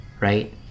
right